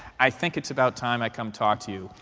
i think it's about time i come talk to you.